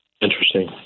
interesting